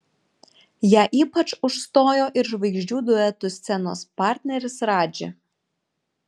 ją ypač užstojo ir žvaigždžių duetų scenos partneris radži